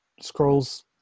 scrolls